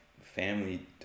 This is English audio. family